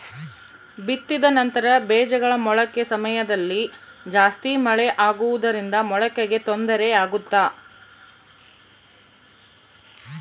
ಬಿತ್ತಿದ ನಂತರ ಬೇಜಗಳ ಮೊಳಕೆ ಸಮಯದಲ್ಲಿ ಜಾಸ್ತಿ ಮಳೆ ಆಗುವುದರಿಂದ ಮೊಳಕೆಗೆ ತೊಂದರೆ ಆಗುತ್ತಾ?